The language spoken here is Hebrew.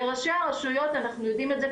לראשי הרשויות אנחנו יודעים את זה,